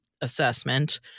assessment